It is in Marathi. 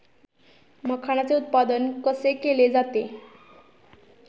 मखाणाचे उत्पादन कसे केले जाते?